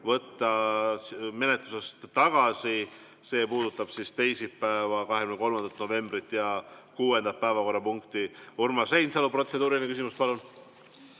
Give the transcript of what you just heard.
427 menetlusest tagasi. See puudutab teisipäeva, 23. novembrit ja kuuendat päevakorrapunkti. Urmas Reinsalu, protseduuriline küsimus, palun!